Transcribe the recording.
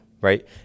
right